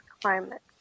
climate